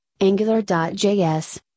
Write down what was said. Angular.js